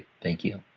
thank you.